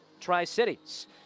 Tri-Cities